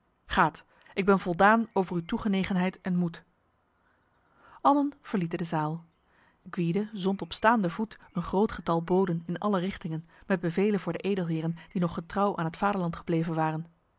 gaat ik ben voldaan over uw toegenegenheid en moed allen verlieten de zaal gwyde zond op staande voet een groot getal boden in alle richtingen met bevelen voor de edelheren die nog getrouw aan het vaderland gebleven waren